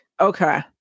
Okay